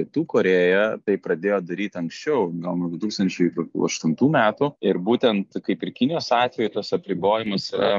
pietų korėja tai pradėjo daryti anksčiau gal nuo du tūkstančiai kokių aštuntų metų ir būtent kaip ir kinijos atveju tas apribojimas yra